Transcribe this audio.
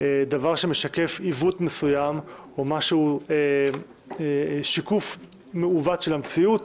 דבר שמשקף עיוות מסוים, שיקוף מעוות של המציאות,